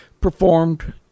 Performed